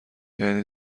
یعنی